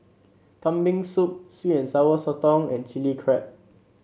Kambing Soup sweet and Sour Sotong and Chili Crab